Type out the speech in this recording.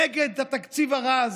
נגד התקציב הרע הזה,